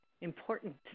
important